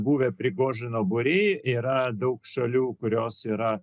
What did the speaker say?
buvę būriai yra daug šalių kurios yra